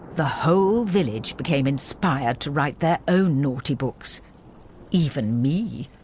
the whole village became inspired to write their own naughty books even me!